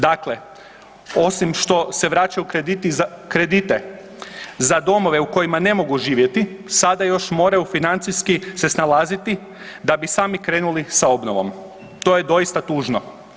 Dakle, osim što se vraćaju kredite za domove u kojima ne mogu živjeti, sada još moraju financijski se snalaziti da bi sami krenuli sa obnovom, to je doista tužno.